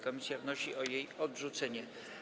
Komisja wnosi o jej odrzucenie.